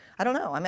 i don't know. i mean